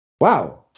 wow